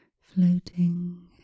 floating